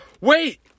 Wait